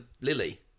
Lily